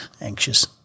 anxious